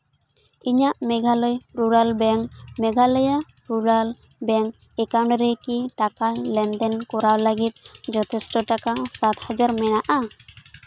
ᱤᱧᱟᱜ Meghalaya rural bank Meghalaya rural bank account ᱨᱮᱠᱤ ᱴᱟᱠᱟ ᱞᱮᱱᱫᱮᱱ ᱠᱚᱨᱟᱣ ᱞᱟᱹᱜᱤᱫ ᱡᱚᱛᱷᱮᱥᱴᱚ ᱴᱟᱠᱟ ᱥᱟᱛ ᱦᱟᱡᱟᱨ ᱢᱮᱱᱟᱜᱼᱟ